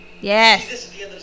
Yes